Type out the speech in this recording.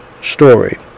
story